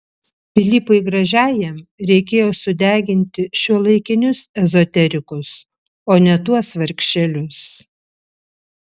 pilypui gražiajam reikėjo sudeginti šiuolaikinius ezoterikus o ne tuos vargšelius